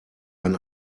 ein